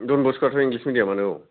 दनबस्क' आथ' इंलिस मिदियामानो औ